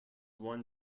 won